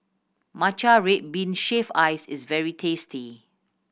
Matcha red bean shaved ice is very tasty